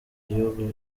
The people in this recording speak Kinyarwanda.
gihugu